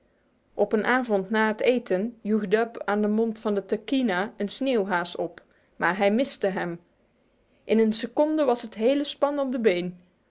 op een avond na het eten joeg dub aan de mond van de tahkeena een sneeuwhaas op maar hij miste hem in een seconde was het hele span op de been